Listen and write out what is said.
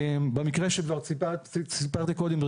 במקרה שכבר סיפרתי קודם,